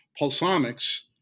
Pulsomics